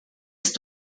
ist